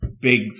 big